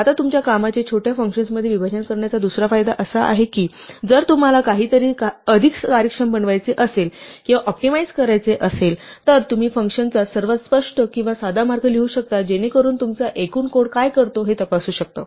आता तुमच्या कामाचे छोट्या फंक्शन्समध्ये विभाजन करण्याचा दुसरा फायदा असा आहे की जर तुम्हाला काहीतरी अधिक कार्यक्षम बनवायचे असेल किंवा ऑप्टिमाइझ करायचे असेल तर तुम्ही फंक्शनचा सर्वात स्पष्ट किंवा साधा मार्ग लिहू शकता जेणेकरून तुमचा एकूण कोड काय करतो हे तपासू शकता